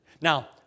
Now